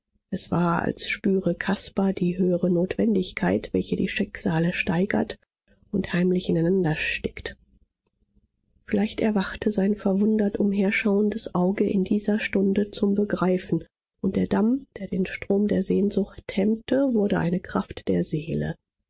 es war als spüre caspar die höhere notwendigkeit welche die schicksale steigert und heimlich ineinander stickt vielleicht erwachte sein verwundert umherschauendes auge in dieser stunde zum begreifen und der damm der den strom der sehnsucht hemmte wurde eine kraft der seele